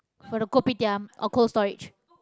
for the kopitiam or cold-storage